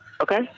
Okay